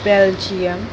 Belgium